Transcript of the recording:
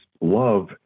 love